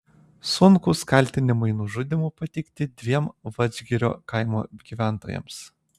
sunkūs kaltinimai nužudymu pateikti dviem vadžgirio kaimo gyventojams